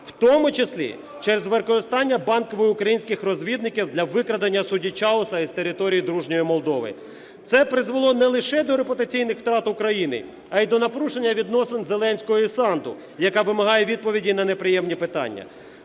в тому числі через використання Банковою українських розвідників для викрадання судді Чауса із території дружньої Молдови. Це призвело не лише до репутаційних втрат України, а і до напруження відносин Зеленського і Санду, яка вимагає відповіді на неприємні питання.